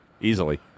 Easily